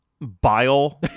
bile